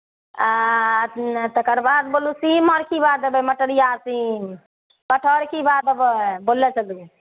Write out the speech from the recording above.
आँ तकर बाद बोलू सीम अर की भाव देबय मटरिया सीम कटहर की भाव देबय बोलले चलू